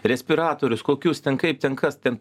respiratorius kokius ten kaip ten kas ten